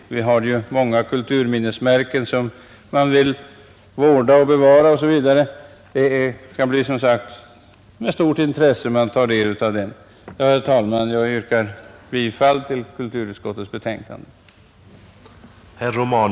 Vi har ju många kulturminnesmärken som vi vill vårda och bevara. Det skall som sagt bli med stort intresse vi tar del av den. Herr talman! Jag yrkar bifall till kulturutskottets hemställan.